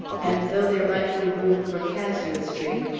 and, though there might be room for casuistry,